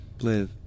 live